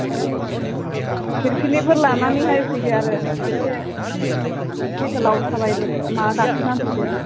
ओरै पिलफिलिफोर लानानैहाय फैदो आरो एसे गोलाव थाबायबोदो माबा गाखोनानै फैदो